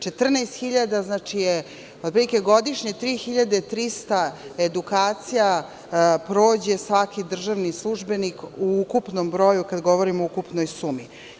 Otprilike, godišnje 3.300 edukacija prođe svaki državni službenik u ukupnom broju, kada govorimo o ukupnoj sumi.